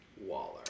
Waller